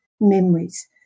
memories